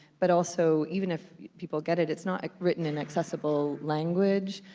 but also even if people get it, it's not written in accessible language,